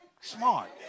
smart